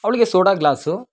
ಅವ್ಳ್ಗೆ soda glass